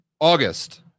august